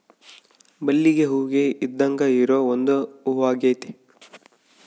ಮಲ್ಲಿಗೆ ಹೂವಿಗೆ ಇದ್ದಾಂಗ ಇರೊ ಒಂದು ಹೂವಾಗೆತೆ